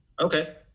Okay